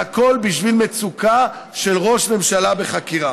והכול בשביל מצוקה של ראש ממשלה בחקירה.